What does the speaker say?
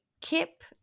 Kip